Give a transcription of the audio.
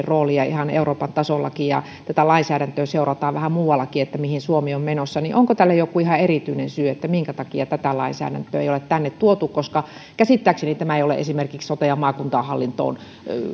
roolia ihan euroopan tasollakin ja tätä lainsäädäntöä seurataan vähän muuallakin että mihin suomi on menossa onko joku ihan erityinen syy minkä takia tätä lainsäädäntöä ei ole tänne tuotu käsittääkseni tämä ei ole esimerkiksi sote ja maakuntahallintoon